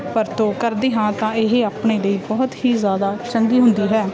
ਵਰਤੋਂ ਕਰਦੇ ਹਾਂ ਤਾਂ ਇਹ ਆਪਣੇ ਲਈ ਬਹੁਤ ਹੀ ਜ਼ਿਆਦਾ ਚੰਗੀ ਹੁੰਦੀ ਹੈ